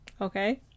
Okay